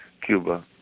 Cuba